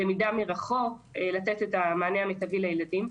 למידה מרחוק ולתת את המענה המיטבי לילדים.